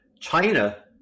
China